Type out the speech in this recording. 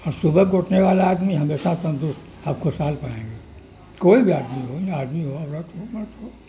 اور صبح کو اٹھنے والا آدمی ہمیشہ تندرست اور خوشحال پائیں گے کوئی بھی آدمی ہو یہ آدمی ہو عورت ہو مرد ہو